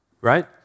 Right